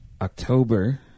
October